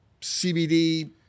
CBD